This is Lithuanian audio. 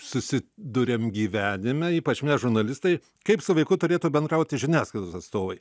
susiduriam gyvenime ypač mes žurnalistai kaip su vaiku turėtų bendrauti žiniasklaidos atstovai